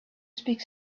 speak